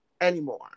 Anymore